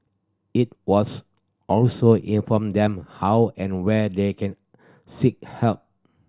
it was also inform them how and where they can seek help